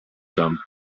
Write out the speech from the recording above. some